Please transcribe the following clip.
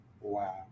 Wow